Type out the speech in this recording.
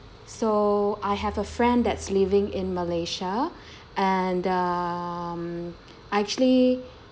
so I have a friend that's living in malaysia and um I actually